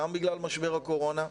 גם בגלל משבר הקורונה,